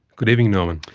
good evening norman.